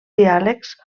diàlegs